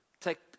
take